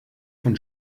von